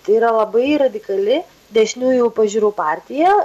tai yra labai radikali dešiniųjų pažiūrų partija